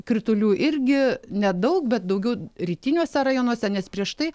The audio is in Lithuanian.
kritulių irgi nedaug bet daugiau rytiniuose rajonuose nes prieš tai